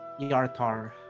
Yartar